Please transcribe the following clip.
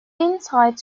inside